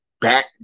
back